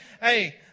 hey